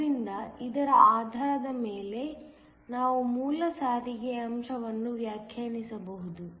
ಆದ್ದರಿಂದ ಇದರ ಆಧಾರದ ಮೇಲೆ ನಾವು ಮೂಲ ಸಾರಿಗೆ ಅಂಶವನ್ನು ವ್ಯಾಖ್ಯಾನಿಸಬಹುದು